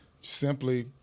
Simply